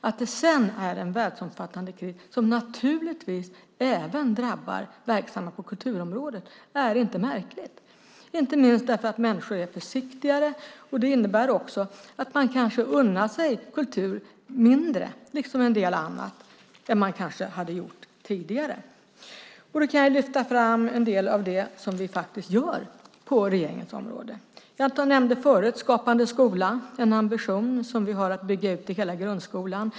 Att den världsomfattande kris som vi befinner oss i naturligtvis även drabbar verksamma på kulturområdet är inte märkligt. Det beror inte minst på att människor är försiktigare, vilket innebär att de kanske unnar sig mindre kultur, liksom en del annat, än tidigare. Låt mig lyfta fram en del av det som vi faktiskt gör från regeringens sida. Jag nämnde tidigare Skapande skola. Vår ambition är att bygga ut den i hela grundskolan.